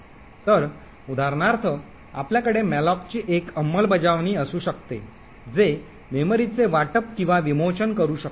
तर उदाहरणार्थ आपल्याकडे मॅलोकची एक अंमलबजावणी असू शकते जे मेमरीचे वाटप आणि विमोचन करू शकते